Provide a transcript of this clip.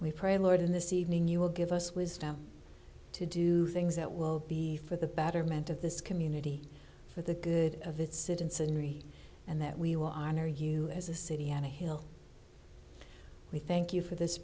we pray lord in this evening you will give us wisdom to do things that will be for the betterment of this community for the good of its citizenry and that we will honor you as a city on a hill we thank you for this